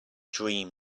dream